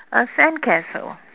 a sandcastle